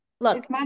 Look